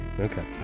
Okay